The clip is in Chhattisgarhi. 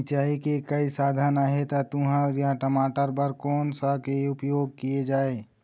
सिचाई के कई साधन आहे ता तुंहर या टमाटर बार कोन सा के उपयोग किए जाए?